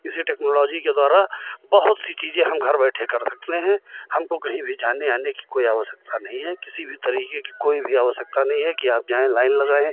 इसी टेक्नोलॉजी के द्वारा बहुत सी चीज़ें हम घर बैठे कर सकते हैं हमको कहीं भी जाने आने की कोई आवश्यकता नहीं है किसी भी तरीके की कोई भी आवश्यकता नहीं हैं कि आप जाएँ लाइन लगाएँ